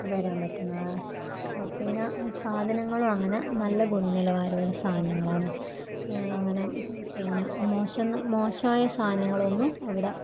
വരാൻ പറ്റുന്നതാണ് പിന്നെ സാധനങ്ങളും അങ്ങനെ നല്ല ഗുണ നിലവാരം ഉള്ള സാധനങ്ങളാന്ന് അങ്ങനെ പിന്നെ മോശം എന്നു മോശമായ സാധനങ്ങളൊന്നും അവിടെ